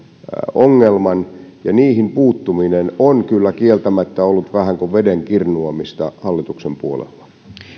ongelman ja siihen puuttuminen on kyllä kieltämättä ollut vähän kuin veden kirnuamista hallituksen puolella